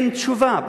אין תשובה,